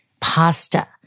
pasta